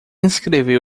escreveu